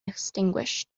extinguished